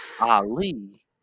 Ali